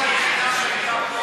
כבוד השר, ההזדמנות היחידה שהייתה,